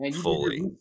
fully